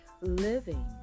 Living